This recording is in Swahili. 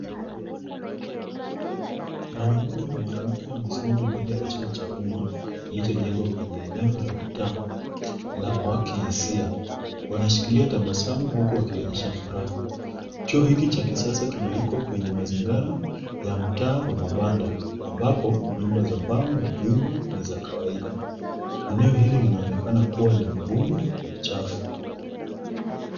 Mwanaume na mwanamke wamesimama mbele ya choo cha umma kilichojengwa kwenye eneo ya mtaa la wa kihisia, wanashikilia tabasamu huku wakionyesha furaha, choo hichi cha kisasa kimewekwa kwenye mazingira ya mtaa wa mabanda ambapo nyumba za mbao na vyumba ni za kawaida. Eneo hili linaonekana kuwa lenye vumbi na uchafu.